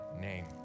name